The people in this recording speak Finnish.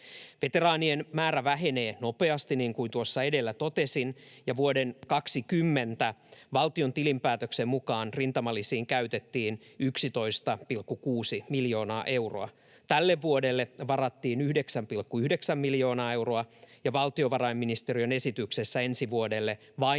Veteraanien määrä vähenee nopeasti, niin kuin tuossa edellä totesin, ja vuoden 20 valtion tilinpäätöksen mukaan rintamalisiin käytettiin 11,6 miljoonaa euroa, tälle vuodelle varattiin 9,9 miljoonaa euroa ja valtiovarainministeriön esityksessä ensi vuodelle vain